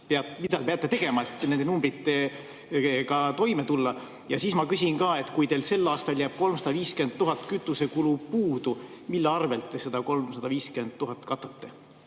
mida te peate tegema, et nende numbritega toime tulla. Ja siis ma küsin, et kui teil sel aastal jääb 350 000 [eurot] kütusekulu puudu, siis mille arvel te selle 350 000 katate.